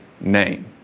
name